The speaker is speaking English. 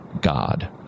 god